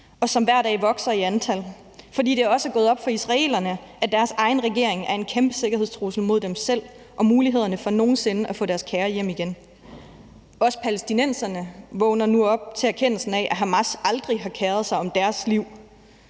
og som hver dag vokser i antal, fordi det også er gået op for israelerne, at deres egen regering er en kæmpe sikkerhedstrussel mod dem selv og mulighederne for nogen sinde at få deres kære hjem igen. Også palæstinenserne vågner nu op til erkendelsen af, at Hamas aldrig har keret sig om deres liv,